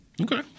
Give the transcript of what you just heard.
Okay